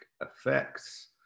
effects